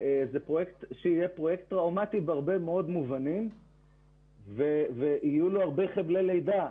זה פרויקט שיהיה טראומתי בהרבה מאוד מובנים ויהיו לו הרבה חבלי לידה.